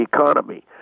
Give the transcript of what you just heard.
economy